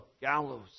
gallows